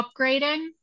upgrading